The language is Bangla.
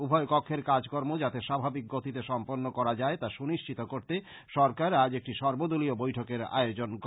উভয় কক্ষের কাজ কর্ম যাতে স্বাভাবিক গতিতে সম্পন্ন করা যায় তা সুনিশ্চিত করতে সরকার আজ একটি সর্বদলীয় বৈঠকের আয়োজন করে